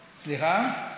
סליחה?